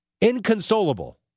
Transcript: Inconsolable